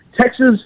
Texas